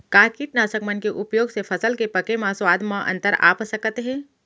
का कीटनाशक मन के उपयोग से फसल के पके म स्वाद म अंतर आप सकत हे?